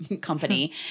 company